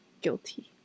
guilty